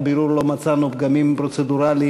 בירור לא מצאנו פגמים פרוצדורליים.